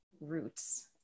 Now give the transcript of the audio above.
roots